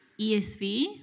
ESV